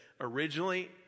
originally